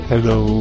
Hello